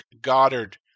Goddard